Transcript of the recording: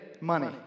money